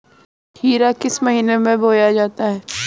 खीरा किस महीने में बोया जाता है?